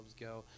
go